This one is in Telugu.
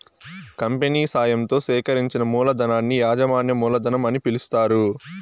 కంపెనీ సాయంతో సేకరించిన మూలధనాన్ని యాజమాన్య మూలధనం అని పిలుస్తారు